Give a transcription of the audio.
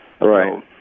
right